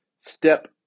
Step